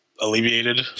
alleviated